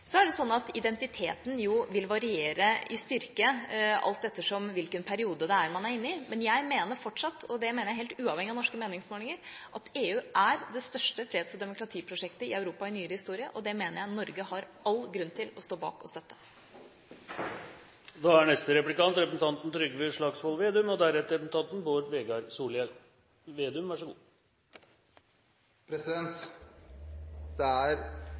Så er det sånn at identiteten vil variere i styrke, alt ettersom hvilken periode man er inne i. Men jeg mener fortsatt – og det mener jeg helt uavhengig av norske meningsmålinger – at EU er det største freds- og demokratiprosjektet i Europa i nyere historie, og det mener jeg Norge har all grunn til å stå bak og støtte. Det er